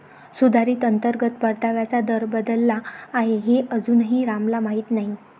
सुधारित अंतर्गत परताव्याचा दर बदलला आहे हे अजूनही रामला माहीत नाही